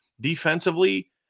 Defensively